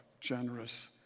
generous